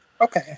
Okay